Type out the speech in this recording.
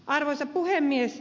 arvoisa puhemies